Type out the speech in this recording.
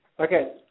Okay